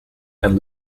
and